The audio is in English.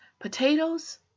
potatoes